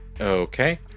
Okay